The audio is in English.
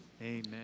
Amen